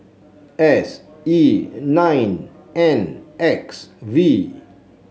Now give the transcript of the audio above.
S E nine N X V